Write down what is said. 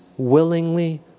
willingly